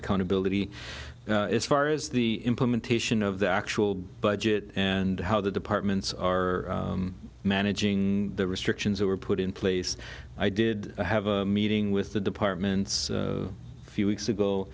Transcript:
accountability as far as the implementation of the actual budget and how the departments are managing the restrictions that were put in place i did have a meeting with the departments a few weeks ago